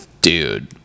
dude